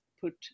put